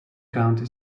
county